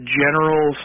general